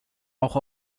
auch